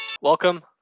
Welcome